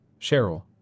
Cheryl